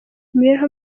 imibereho